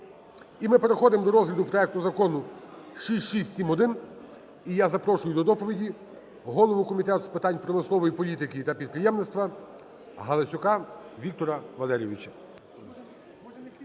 І ми переходимо до розгляду проекту закону 6671. І я запрошую до доповіді голову комітету з питань промислової політики та підприємництва Галасюка Віктора Валерійовича.